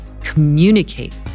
communicate